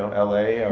l a.